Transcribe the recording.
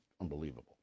unbelievable